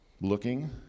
looking